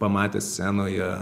pamatęs scenoje